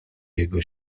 jego